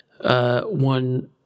one